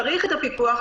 צריך את הפיקוח,